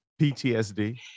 PTSD